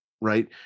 right